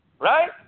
Right